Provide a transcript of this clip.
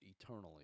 eternally